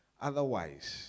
Otherwise